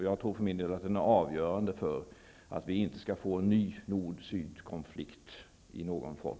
Jag tror för min del att den är avgörande för att vi inte skall få en ny nord -- syd-konflikt i någon form.